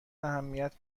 اهمیت